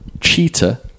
cheetah